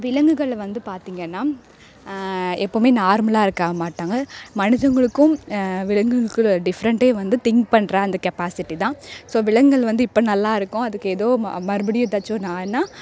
விலங்குகள் வந்து பார்த்திங்கினா எப்போவுமே நார்மலாக இருக்கமாட்டாங்க மனுஷங்களுக்கும் விலங்குகளுக்கும் உள்ள டிஃப்ரெண்ட்டே வந்து திங் பண்ணுற அந்த கெப்பாசிட்டி தான் ஸோ விலங்குகள் வந்து இப்போ நல்லா இருக்கும் அதுக்கு எதோ மறுபடி எதாச்சும் ஒன்று ஆனால்